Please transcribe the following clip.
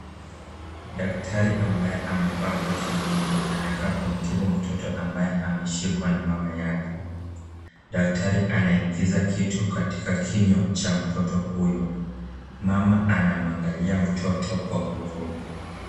Daktari ambaye amevaa koti nyeupe anakaa kumtibu mtoto ambaye ameshikwa na mamayake, daktari anaingiza kitu katika kinywa cha mtoto huyo. Mama anamwangalia mtoto kwa huruma.